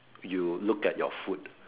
you look at your food